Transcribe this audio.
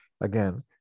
again